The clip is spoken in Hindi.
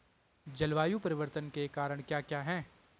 जलवायु परिवर्तन के कारण क्या क्या हैं?